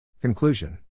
Conclusion